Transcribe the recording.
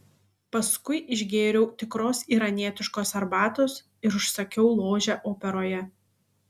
paskui išgėriau tikros iranietiškos arbatos ir užsakiau ložę operoje